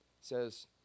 says